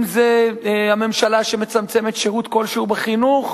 אם הממשלה שמצמצמת שירות כלשהו בחינוך,